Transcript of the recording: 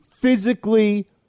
physically